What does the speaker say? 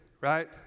right